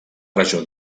regió